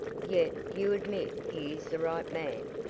yet you admit he is the right man?